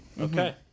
Okay